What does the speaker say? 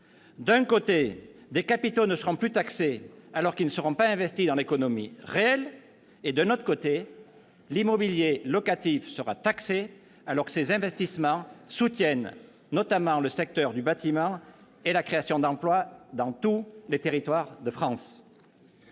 D'un côté, des capitaux ne seront plus taxés alors qu'ils ne seront pas investis dans l'économie réelle. De l'autre, l'immobilier locatif sera taxé, alors que les investissements qui y sont liés soutiennent notamment le secteur du bâtiment et la création d'emplois dans tous les territoires de France.